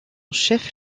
chef